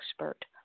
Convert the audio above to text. Expert